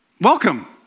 welcome